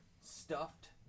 stuffed